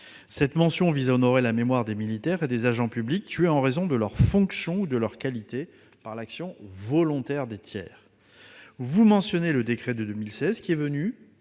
Elle vise à honorer la mémoire des militaires et des agents publics tués en raison de leurs fonctions ou de leur qualité par l'action volontaire d'un tiers. Vous avez évoqué le décret de 2016, qui est venu